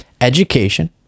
education